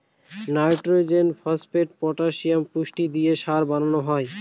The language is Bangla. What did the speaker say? নাইট্রজেন, ফসপেট, পটাসিয়াম পুষ্টি দিয়ে সার বানানো হয়